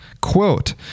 quote